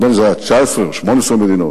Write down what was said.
נדמה לי שזה היה 19 או 18 מדינות,